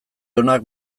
onak